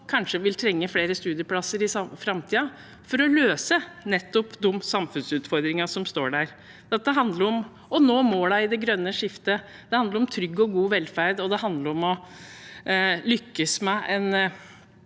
kanskje også vil trenge flere studieplasser i framtiden for å løse nettopp de samfunnsutfordringene som er der. Dette handler om å nå målene i det grønne skiftet, det handler om trygg og god velferd, og det handler om å lykkes med en